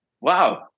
Wow